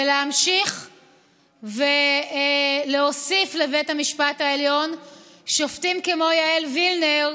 להמשיך ולהוסיף לבית המשפט העליון שופטים כמו יעל וילנר,